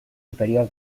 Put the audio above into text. inferior